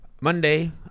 Monday